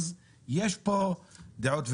אז יש פה דעות.